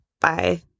Bye